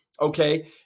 okay